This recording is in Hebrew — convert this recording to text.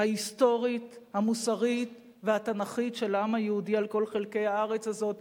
ההיסטורית המוסרית והתנ"כית של העם היהודי על כל חלקי הארץ הזאת,